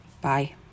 Bye